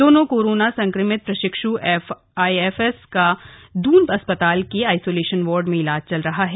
दोनों कोरोना संक्रमित प्रशिक्षु आईएफएस का द्र्न अस्पताल के आइसोलेशन वार्ड में ईलाज किया जा रहा है